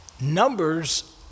Numbers